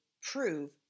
prove